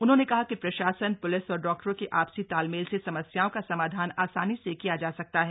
उन्होंने कहा कि प्रशासन प्लिस और डॉक्टरों के आपसी तालमेल से समस्याओं का समाधान आसानी से किया जा सकता है